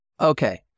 Okay